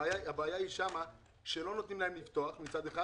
הבעיה שם היא שלא נותנים להם לפתוח את החנויות,